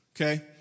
okay